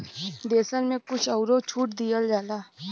देसन मे कुछ अउरो छूट दिया जाला